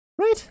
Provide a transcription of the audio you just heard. Right